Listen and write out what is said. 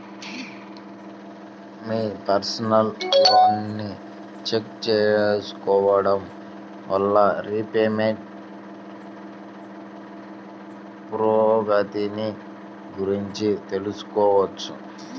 మీ personal లోన్ని check చేసుకోడం వల్ల రీపేమెంట్ పురోగతిని గురించి తెలుసుకోవచ్చు